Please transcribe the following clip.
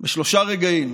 בשלושה רגעים